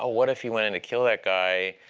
ah what if he wanted to kill that guy?